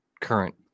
current